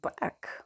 back